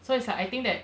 so it's like I think that